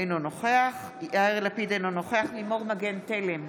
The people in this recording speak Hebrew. אינו נוכח יאיר לפיד, אינו נוכח לימור מגן תלם,